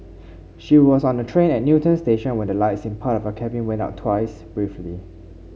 she was on a train at Newton station when the lights in part of her cabin went out twice briefly